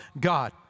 God